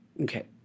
Okay